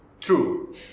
True